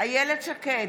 אילת שקד,